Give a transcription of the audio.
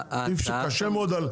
קשה מאוד.